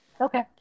Okay